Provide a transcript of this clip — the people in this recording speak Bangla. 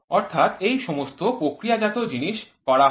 অর্থাৎ এই সমস্ত প্রক্রিয়াজাত জিনিস করা হয়